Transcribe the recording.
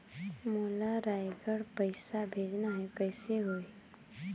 मोला रायगढ़ पइसा भेजना हैं, कइसे होही?